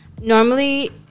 Normally